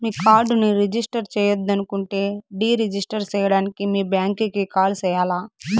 మీ కార్డుని రిజిస్టర్ చెయ్యొద్దనుకుంటే deregister సేయడానికి మీ బ్యాంకీకి కాల్ సెయ్యాల్ల